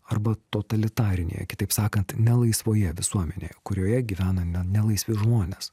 arba totalitarinėje kitaip sakant nelaisvoje visuomenėje kurioje gyvena ne ne laisvi žmonės